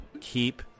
keep